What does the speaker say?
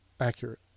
accurate